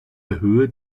höhe